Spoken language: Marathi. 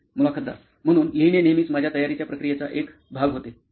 मुलाखतदार म्हणून लिहिणे नेहमीच माझ्या तयारीच्या प्रक्रियेचा एक भाग होते